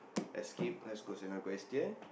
let's skip let's goes another question